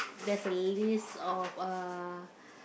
there's a list of uh